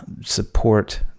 support